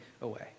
away